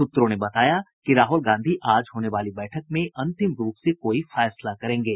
सूत्रों ने बताया कि राहुल गांधी आज होने वाली बैठक में अंतिम रूप से कोई फैसला करेंगे